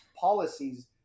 policies